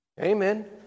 Amen